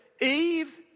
Eve